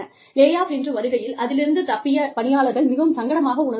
லே off என்று வருகையில் அதிலிருந்து தப்பிய பணியாளர்கள் மிகவும் சங்கடமாக உணருவார்கள்